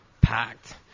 packed